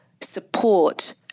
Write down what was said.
support